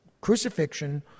crucifixion